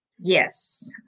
Yes